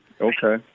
Okay